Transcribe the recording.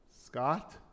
Scott